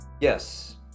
Yes